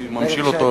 הייתי ממשיל אותו,